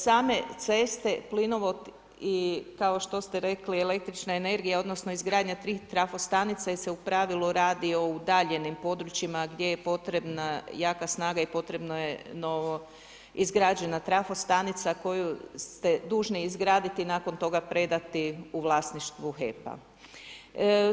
Same ceste, plinovod i kao što ste rekli električna energija odnosno izgradnja tih trafostanica jer se u pravilu radi o udaljenim područjima gdje je potrebna jaka snaga i potrebna je novoizgrađena trafostanica koju ste dužni izgraditi nakon toga predati u vlasništvo HEP-a.